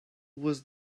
was